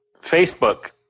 Facebook